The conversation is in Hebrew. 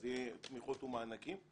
אז יהיו תמיכות ומענקים,